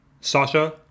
Sasha